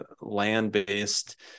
land-based